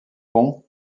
pont